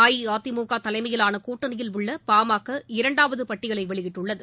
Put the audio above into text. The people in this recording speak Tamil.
அஇஅதிமுக தலைமையிலான கூட்டணியில் உள்ள பாமக இரண்டாவது பட்டியலை வெளியிட்டுள்ளது